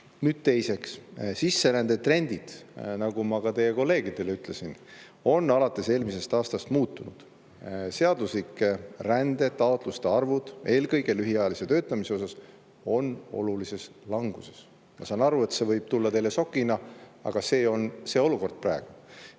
Teiseks, sisserändetrendid, nagu ma ka teie kolleegidele ütlesin, on alates eelmisest aastast muutunud. Seadusliku rände taotluste arv, eelkõige lühiajalise töötamise osas, on olulises languses. Ma saan aru, et see võib tulla teile šokina, aga see on see olukord praegu.